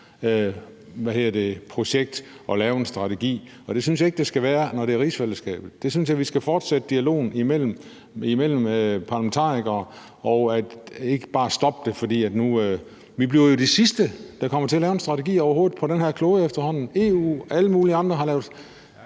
at lave en strategi, og det synes jeg ikke det skal være, når det er rigsfællesskabet, det drejer sig om. Der synes jeg, vi skal fortsætte dialogen imellem parlamentarikere og ikke bare stoppe det. Vi bliver jo de sidste, der overhovedet kommer til at lave en strategi på den her klode; det ser efterhånden sådan ud. EU og alle mulige andre har lavet